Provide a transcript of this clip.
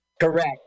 Correct